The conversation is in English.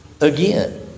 again